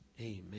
Amen